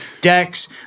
decks